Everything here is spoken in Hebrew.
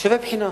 שווה בחינה.